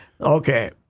Okay